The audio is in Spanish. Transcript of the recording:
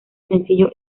sencillo